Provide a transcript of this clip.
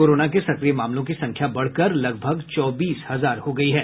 corona के सक्रिय मामलों की संख्या बढ़कर लगभग चौबीस हजार हो गयी है